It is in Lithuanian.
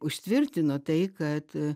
užtvirtino tai kad